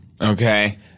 Okay